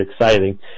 exciting